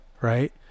right